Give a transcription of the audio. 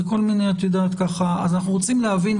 אז אנחנו רוצים להבין,